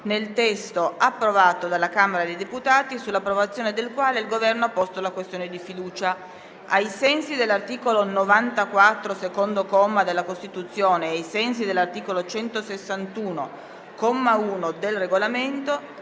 nel testo approvato dalla Camera dei deputati, sull'approvazione del quale il Governo ha posto la questione di fiducia. Ricordo che ai sensi dell'articolo 94, secondo comma, della Costituzione e ai sensi dell'articolo 161, comma 1, del Regolamento,